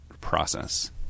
process